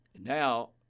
Now